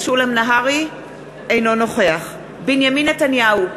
אינו נוכח בנימין נתניהו,